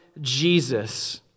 Jesus